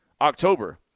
October